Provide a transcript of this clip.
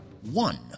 One